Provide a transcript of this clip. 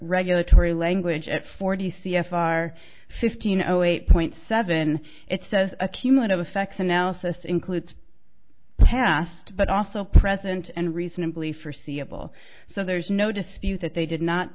regulatory language at forty c f r fifteen zero eight point seven it says a cumulative effects analysis includes past but also present and reasonably forseeable so there's no dispute that they did not